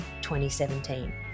2017